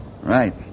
Right